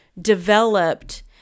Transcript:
developed